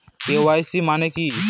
KYC মানে কি?